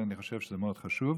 ואני חושב שזה מאוד חשוב.